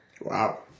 Wow